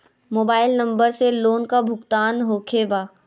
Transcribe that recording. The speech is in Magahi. मोबाइल नंबर से लोन का भुगतान होखे बा?